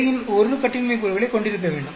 பிழையின் 1 கட்டின்மை கூறுகளை கொண்டிருக்க வேண்டும்